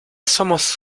somos